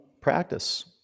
practice